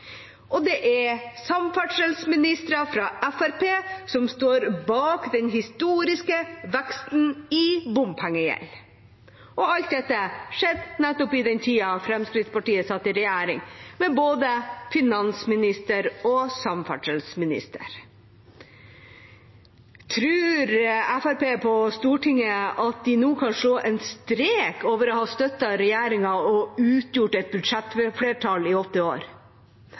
Det er samferdselsministre fra Fremskrittspartiet som står bak den historiske veksten i bompengegjeld. Alt dette skjedde nettopp i den tida Fremskrittspartiet satt i regjering, med både finansminister og samferdselsministre. Tror Fremskrittspartiet på Stortinget at de nå kan slå en strek over å ha støttet regjeringa og utgjort et budsjettflertall i åtte år?